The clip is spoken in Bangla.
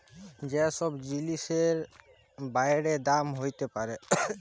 যে ছব জিলিসের বাইড়ে দাম হ্যইতে পারে